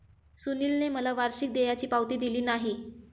सुनीलने मला वार्षिक देयाची पावती दिली नाही